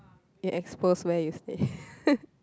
you expose where you stay